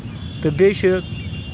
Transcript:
تہٕ بیٚیہِ چھِ